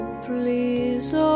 please